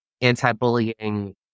anti-bullying